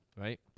right